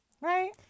right